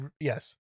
Yes